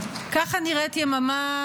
ככה נראית יממה